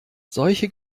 solche